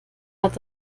hat